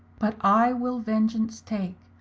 but i will vengeance take,